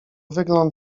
wygląd